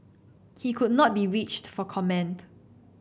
he could not be reached for comment